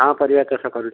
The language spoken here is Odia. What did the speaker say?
ହଁ ପରିବା ଚାଷ କରୁ